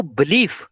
belief